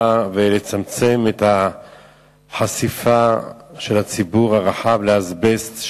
ולצמצם את החשיפה של הציבור הרחב לאזבסט,